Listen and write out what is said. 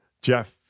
Jeff